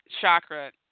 chakra